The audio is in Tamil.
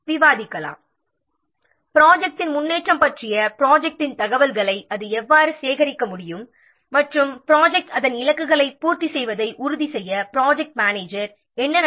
ப்ராஜெக்ட்டின் அல்லது ப்ராஜெக்ட்டின் முன்னேற்றம் பற்றிய தகவல்களை அது எவ்வாறு சேகரிக்க முடியும் மற்றும் ப்ராஜெக்ட்டின் இலக்குகளை பூர்த்தி செய்வதை உறுதி செய்ய ப்ராஜெக்ட் மேனேஜர் என்ன நடவடிக்கைகள் எடுக்க வேண்டும்